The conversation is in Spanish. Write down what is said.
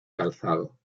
calzado